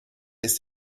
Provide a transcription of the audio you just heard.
ist